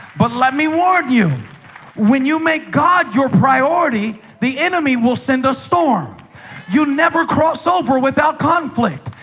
but let me warn you when you make god your priority the enemy will send a storm you never cross over without conflict.